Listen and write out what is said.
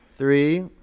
three